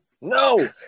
No